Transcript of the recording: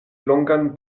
longan